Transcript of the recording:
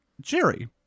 Jerry